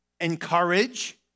encourage